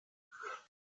nach